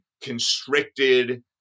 constricted